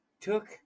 took